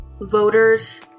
voters